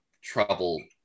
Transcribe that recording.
Trouble